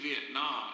Vietnam